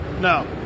No